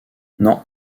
non